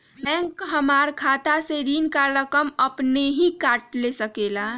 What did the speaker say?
Bank हमार खाता से ऋण का रकम अपन हीं काट ले सकेला?